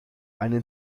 eine